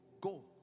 go